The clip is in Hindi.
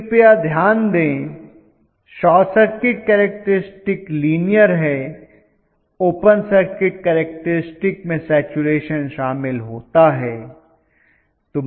कृपया ध्यान दें शॉर्ट सर्किट केरक्टरिस्टिक लिनीअर है ओपन सर्किट केरक्टरिस्टिक में सैचरेशन शामिल होता है